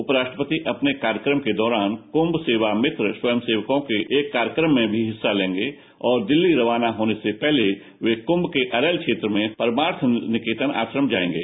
उपराष्ट्रपति अपने कार्यक्रम के दौरान कृम सेवा मित्र स्वयंसेवकों के एक कार्यक्रम में भी हिस्सा लेंगे और दिल्ली रवाना होने से पहले वे कुंभ के अरैल क्षेत्र में परमार्थ निकेतन आश्रम जाएंगे